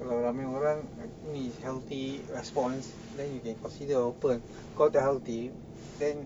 kalau ramai orang healthy response then you can consider open kalau tak healthy then